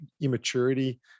immaturity